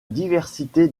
diversité